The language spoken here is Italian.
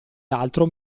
l’altro